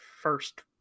first